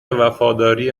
وفاداری